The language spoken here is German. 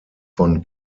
von